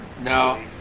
No